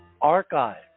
archives